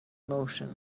motion